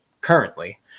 currently